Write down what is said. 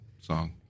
song